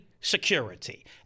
security